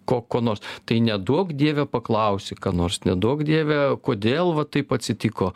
ko ko nors tai neduok dieve paklausi ką nors neduok dieve kodėl va taip atsitiko